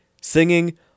singing